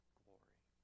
glory